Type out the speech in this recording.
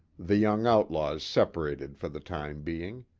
the young outlaws separated for the time being.